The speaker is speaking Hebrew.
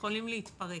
יכולים להתפרק.